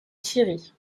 scierie